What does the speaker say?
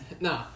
No